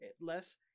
less